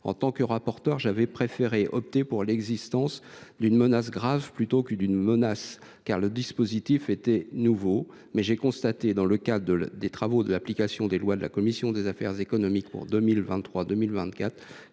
En tant que rapporteur, j’avais préféré opter pour la condition d’une « menace grave » plutôt que d’une simple menace, car le dispositif était nouveau, mais j’ai constaté, dans le cadre des travaux sur l’application des lois de la commission des affaires économiques pour 2023 2024,